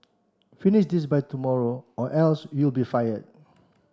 finish this by tomorrow or else you'll be fired